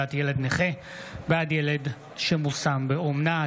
גמלת ילד נכה בעד ילד שמושם באומנה),